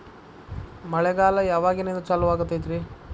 ಮಳೆಗಾಲ ಯಾವಾಗಿನಿಂದ ಚಾಲುವಾಗತೈತರಿ?